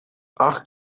acht